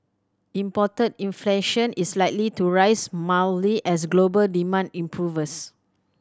imported inflation is likely to rise mildly as global demand improves